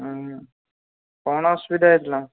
କଣ ଅସୁବିଧା ହେଇଥିଲା